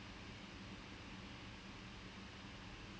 and apparently I